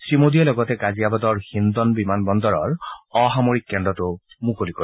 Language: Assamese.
শ্ৰীমোদীয়ে লগতে গাজিয়াবাদৰ হিন্দন বিমান বন্দৰৰ অসামৰিক কেন্দ্ৰটোও মুকলি কৰিব